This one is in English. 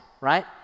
right